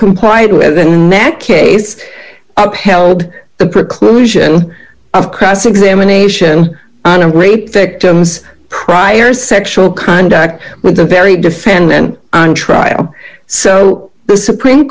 complied with anat case upheld the preclusion of cross examination on a rape victim's prior sexual conduct with the very defendant on trial so the supreme